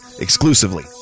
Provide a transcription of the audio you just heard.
Exclusively